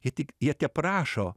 ne tik jie teprašo